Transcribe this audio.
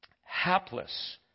hapless